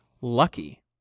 lucky